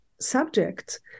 subject